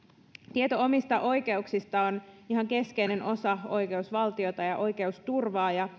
tieto omista oikeuksista on ihan keskeinen osa oikeusvaltiota ja oikeusturvaa ja